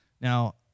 Now